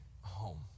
home